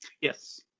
Yes